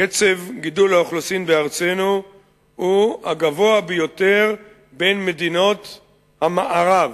קצב גידול האוכלוסין בארצנו הוא הגבוה ביותר בין מדינות המערב,